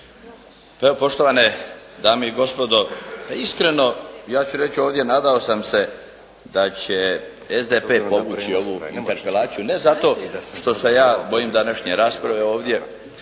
Poštovane dame i gospodo, iskreno ja ću reći ovdje, nadao sam se da će SDP … ovu interpelaciju ne zato što se ja bojim današnje rasprave ovdje,